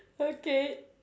okay